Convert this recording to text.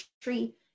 tree